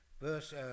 Verse